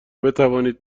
بتوانید